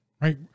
right